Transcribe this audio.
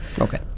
okay